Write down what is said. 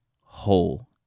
whole